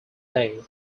day